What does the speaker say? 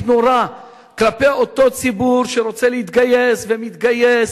נורה כלפי אותו ציבור שרוצה להתגייס ומתגייס.